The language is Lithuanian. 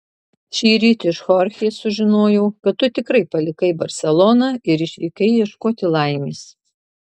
šįryt iš chorchės sužinojau kad tu tikrai palikai barseloną ir išvykai ieškoti laimės